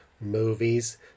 movies